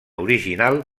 original